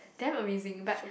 damn amusing but